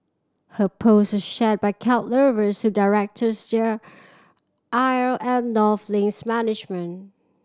her post was shared by cat lovers who directed their ire at North Link's management